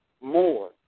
more